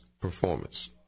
performance